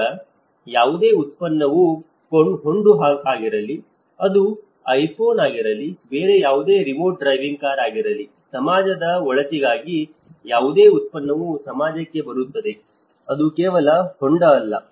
ಈಗ ಯಾವುದೇ ಉತ್ಪನ್ನವು ಹೊಂಡ ಆಗಿರಲಿ ಅದು ಐಫೋನ್ ಆಗಿರಲಿ ಬೇರೆ ಯಾವುದೇ ರಿಮೋಟ್ ಡ್ರೈವಿಂಗ್ ಕಾರ್ ಆಗಿರಲಿ ಸಮಾಜದ ಒಳಿತಿಗಾಗಿ ಯಾವುದೇ ಉತ್ಪನ್ನವು ಸಮಾಜಕ್ಕೆ ಬರುತ್ತಿದೆ ಅದು ಕೇವಲ ಹೊಂಡ ಅಲ್ಲ